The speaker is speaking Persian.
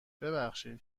ببخشید